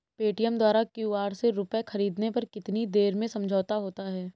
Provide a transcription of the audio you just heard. Paytm द्वारा QR से रूपए ख़रीदने पर कितनी देर में समझौता होता है?